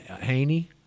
Haney